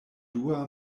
dua